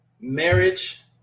Marriage